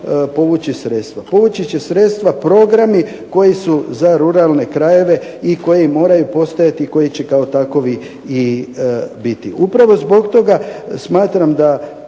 povući sredstva. Povući će sredstva programi koji su za ruralne krajeve i koji moraju postojati i koji će kao takovi i biti. Upravo zbog toga smatram da